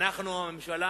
אנחנו, הממשלה